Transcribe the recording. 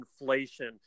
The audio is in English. inflation